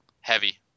heavy